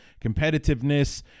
competitiveness